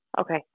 Okay